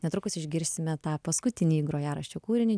netrukus išgirsime tą paskutinįjį grojaraščio kūrinį